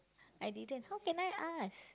I didn't how can I ask